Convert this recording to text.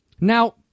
Now